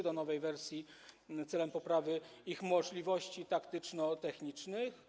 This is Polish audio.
do nowej wersji celem poprawy ich możliwości taktyczno-technicznych.